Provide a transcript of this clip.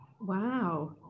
Wow